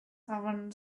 southern